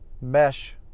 mesh